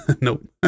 nope